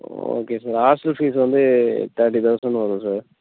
okay sir hostel fees வந்து thirty thousand வரும் sir